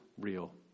real